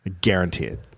Guaranteed